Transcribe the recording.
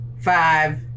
five